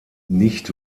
nicht